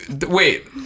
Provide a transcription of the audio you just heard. Wait